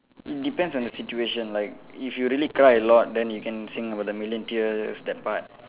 it depends on the situation like if you really cry a lot then you can sing about the million tears that part